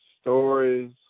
stories